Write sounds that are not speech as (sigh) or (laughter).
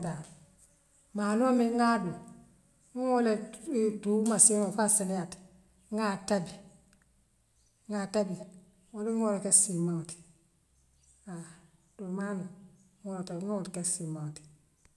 (unintelligible) maanoo muŋ ŋaa buŋ ŋa woole e tuu massinoo le fo asseniaa ta ŋaa tabi ŋaa tabi woo luŋwo ŋa wooleke siimaŋooti haa tuu maano ŋa woole ke siimaŋooti.